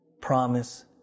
promise